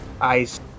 ice